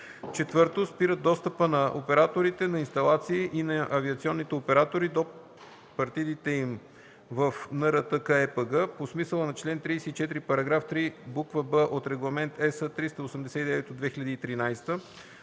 4. спират достъпа на операторите на инсталации и на авиационните оператори до партидите им в НРТКЕПГ по смисъла на чл. 34, параграф 3, буква „б” от Регламент (ЕС) № 389/2013